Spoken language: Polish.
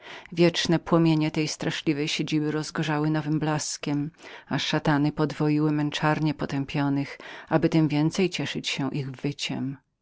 wieczne płomienie tego straszliwego pobytu rozgorzały nowym blaskiem i szatany podwoiły męczarnie potępionych aby tem więcej cieszyć się ich wyciem